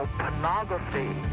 pornography